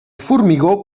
formigó